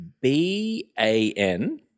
B-A-N